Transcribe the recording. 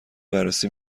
بررسی